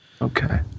Okay